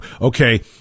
okay